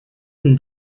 been